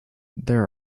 there